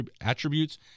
attributes